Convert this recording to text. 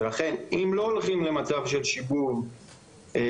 לכן אם לא הולכים למצב של שיבוב לפי